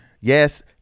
yes